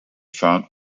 found